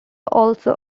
also